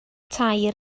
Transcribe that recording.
tair